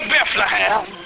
Bethlehem